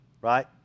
right